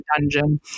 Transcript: dungeon